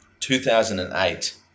2008